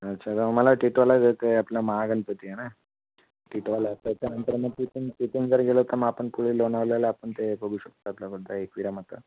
अच्छा राव मला टिटवाळा जायचं आहे आपलं महागणपती आहे ना टिटवाळ्याचा त्यानंतर मग तिथून तिथून जर गेलो तर मग आपण पुढे लोणावळयाला आपण ते बघू शकतो आपलं ते एकविरा माता